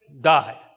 died